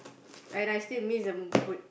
and I still miss the food